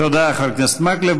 תודה, חבר הכנסת מקלב.